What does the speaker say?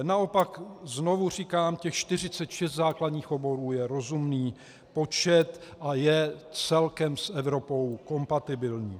Naopak znovu říkám, že těch 46 základních oborů je rozumný počet a je celkem s Evropou kompatibilní.